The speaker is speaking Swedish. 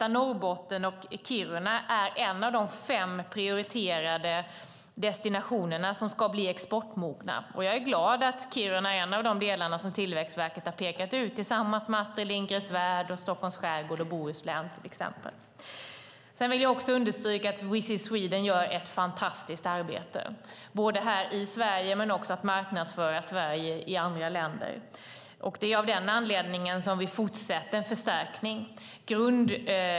Där är Norrbotten och Kiruna en av de fem prioriterade destinationer som ska bli exportmogna. Jag är glad att Kiruna är en av de delar Tillväxtverket har pekat ut, tillsammans med till exempel Astrid Lindgrens värld, Stockholms skärgård och Bohuslän. Sedan vill jag understryka att Visit Sweden gör ett fantastiskt arbete, inte bara här i Sverige utan även med att marknadsföra Sverige i andra länder. Det är av den anledningen vi fortsätter med en förstärkning.